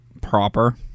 proper